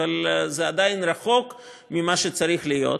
אבל זה עדיין רחוק ממה שצריך להיות,